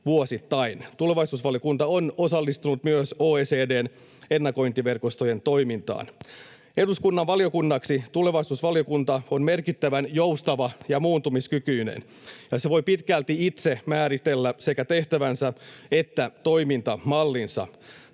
Tulevaisuusvaliokunta on osallistunut myös OECD:n ennakointiverkostojen toimintaan. Eduskunnan valiokunnaksi tulevaisuusvaliokunta on merkittävän joustava ja muuntumiskykyinen, ja se voi pitkälti itse määritellä sekä tehtävänsä että toimintamallinsa.